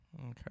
Okay